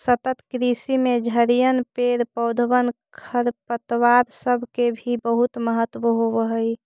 सतत कृषि में झड़िअन, पेड़ पौधबन, खरपतवार सब के भी बहुत महत्व होब हई